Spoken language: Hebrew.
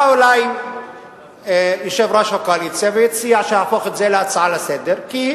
בא אלי יושב-ראש הקואליציה והציע שאהפוך את זה להצעה לסדר-היום,